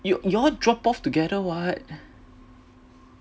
y'all ya'll drop off together [what]